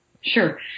Sure